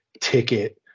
ticket